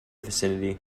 vicinity